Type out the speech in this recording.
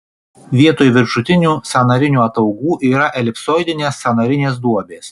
vietoj viršutinių sąnarinių ataugų yra elipsoidinės sąnarinės duobės